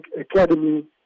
academy